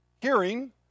hearing